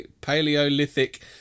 Paleolithic